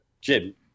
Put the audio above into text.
Jim